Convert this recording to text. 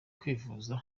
kwivuza